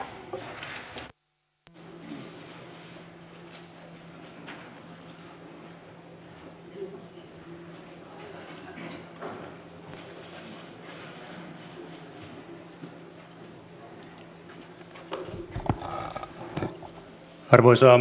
arvoisa puhemies